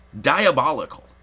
diabolical